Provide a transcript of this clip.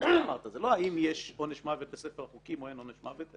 זה לא האם יש עונש מוות בספר החוקים או אין עונש מוות,